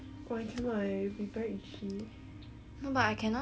no but I cannot stand it cause got one time I was like